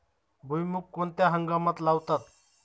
भुईमूग कोणत्या हंगामात लावतात?